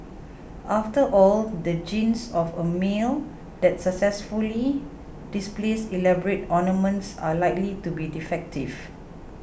after all the genes of a male that successfully displays elaborate ornaments are likely to be defective